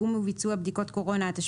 העם (דיגום וביצוע בדיקות קורונה)(תיקון),